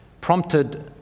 prompted